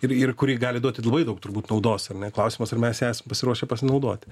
ir ir kuri gali duoti labai daug turbūt naudos ar ne klausimas ar mes esam pasiruošę pasinaudoti